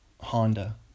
Honda